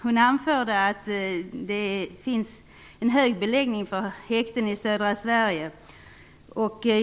Hon anförde att beläggningen i häkten i södra Sverige var hög.